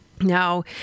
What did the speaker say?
Now